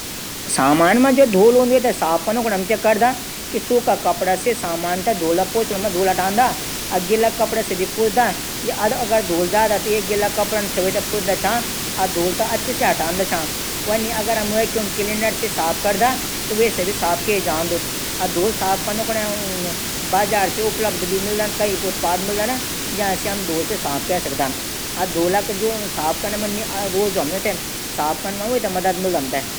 सामान मा जू धूल हूदी वे थै साफ कनू कने सबसे पैली तम सूखा कपडा से धूल झडदा छा फिर एक गिलू कपडा पाणी निरमा पाणी से साफ करदा। और हम बैक्यूम क्लीनर से भी धूल मिट्टी साफ कै सकदा व